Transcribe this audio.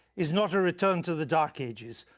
is not a return to the dark ages?